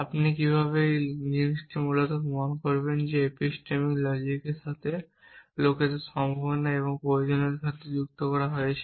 আপনি কিভাবে এই ধরনের জিনিসটি মূলত প্রমাণ করতে পারেন যে এপিস্টেমিক লজিক্সের সাথে লোকেদের সম্ভাবনা এবং প্রয়োজনীয়তার সাথে যুক্ত করা হয়েছে